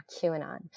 QAnon